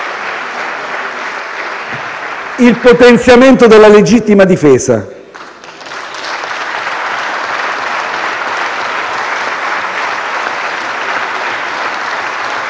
il potenziamento della legittima difesa